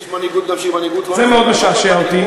יש מנהיגות גם שהיא מנהיגות, זה מאוד משעשע אותי,